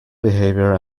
behavior